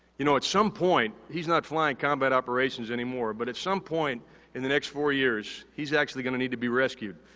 you know, at some point, he's not flying combat operations anymore, but at some point in the next four years, he's actually gonna need to be rescued.